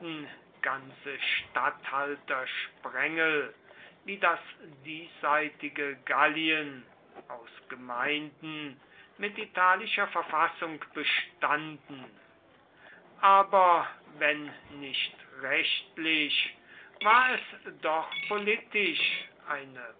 ganze statthaltersprengel wie das diesseitige gallien aus gemeinden mit italischer verfassung bestanden aber wenn nicht rechtlich war es doch politisch eine